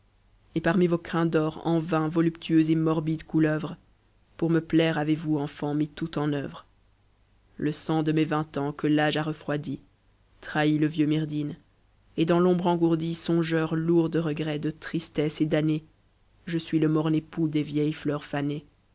et parmi vos crins d'or en vain voluptueuse et morbide couleuvre pour me plaire avez-vous enfant mis tout en œuvre le sang de mes vingt ans que t'âge a refroidi trahit le vieux myrdhinn et dans l'ombre engourdi songeur lourd de regrets de tristesse et d'années je suis le morne époux des vieilles fleurs fanées